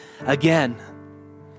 again